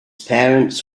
parents